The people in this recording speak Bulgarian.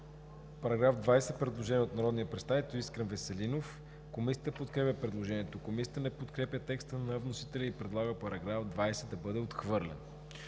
Параграф 20 – предложение от народния представител Искрен Веселинов. Комисията подкрепя предложението. Комисията не подкрепя текста на вносителя и предлага § 20 да бъде отхвърлен.